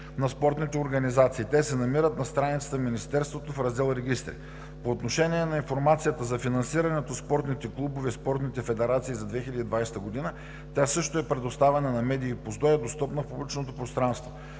на спортните организации. Те се намират на страницата на Министерството в раздел „Регистри“. По отношение на информацията за финансирането на спортните клубове и спортните федерации за 2020 г. тя също е предоставена на медиите по Закона за достъп до